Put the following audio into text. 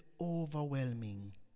overwhelming